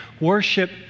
worship